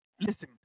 listen